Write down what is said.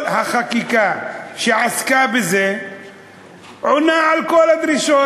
כל החקיקה שעסקה בזה עונה על כל הדרישות.